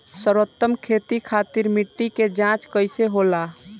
सर्वोत्तम खेती खातिर मिट्टी के जाँच कइसे होला?